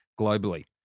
globally